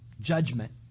judgment